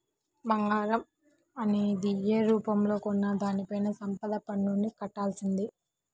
బంగారం అనేది యే రూపంలో కొన్నా దానిపైన సంపద పన్నుని కట్టాల్సిందే